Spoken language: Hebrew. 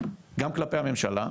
גם כלפי הממשלה,